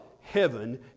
Heaven